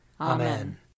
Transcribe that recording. Amen